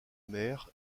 mer